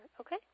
Okay